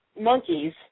monkeys